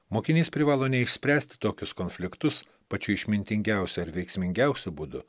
mokinys privalo neišspręst tokius konfliktus pačiu išmintingiausiu ar veiksmingiausiu būdu